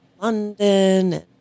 London